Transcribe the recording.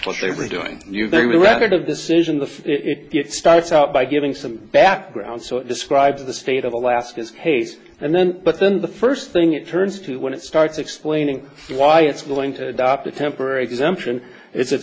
as they were doing you they record of decision that it starts out by giving some background so it describes the state of alaska's hayes and then but then the first thing it turns to when it starts explaining why it's going to adopt a temporary exemption it's